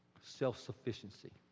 self-sufficiency